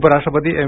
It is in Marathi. उपराष्ट्रपती एम